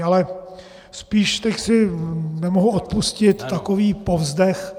Ale spíš teď si nemohu odpustit takový povzdech.